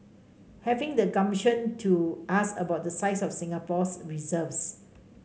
having the gumption to ask about the size of Singapore's reserves